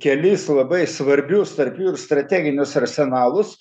kelis labai svarbius tarp jų ir strateginius arsenalus